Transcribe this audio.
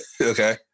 Okay